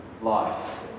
life